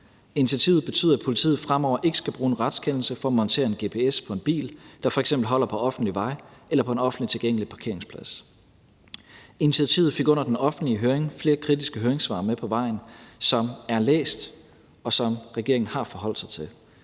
Initiativet betyder, at politiet fremover ikke skal bruge en retskendelse for at montere en gps på en bil, der f.eks. holder på en offentlig vej eller på en offentlig tilgængelig parkeringsplads. Initiativet fik under den offentlige høring flere kritiske høringssvar med på vejen, som er læst, og som regeringen har forholdt sig til.